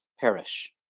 perish